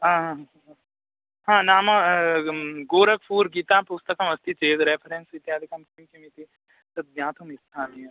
आम् आम् हा नाम ग गोरखपुर् गीतापुस्तकमस्ति चेत् रेफ़रेन्स् इत्यादिकं किं किम् इति तत् ज्ञातुं इच्छामि अहं